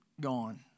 gone